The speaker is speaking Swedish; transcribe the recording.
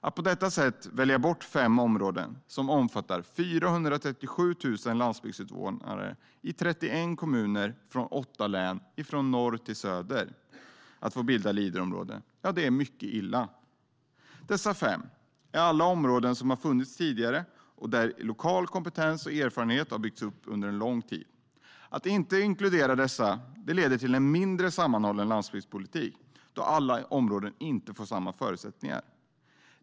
Att på detta sätt välja bort fem områden som omfattar 437 000 landsbygdsinvånare i 31 kommuner från åtta län från norr till söder från att få bilda Leaderområden är mycket illa. Dessa fem är alla områden som har funnits tidigare där lokal kompetens och erfarenhet har byggts upp under lång tid. Att inte inkludera dessa leder till en mindre sammanhållen landsbygdspolitik då alla områden inte får samma förutsättningar.